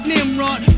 Nimrod